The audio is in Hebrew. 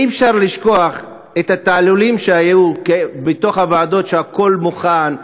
אי-אפשר לשכוח את התעלולים שהיו בוועדות: שהכול מוכן,